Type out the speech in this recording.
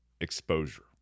exposure